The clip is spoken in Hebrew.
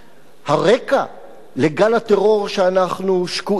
הרקע לגל הטרור שאנחנו שקועים בו,